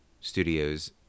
Studios